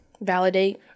validate